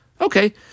Okay